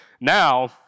Now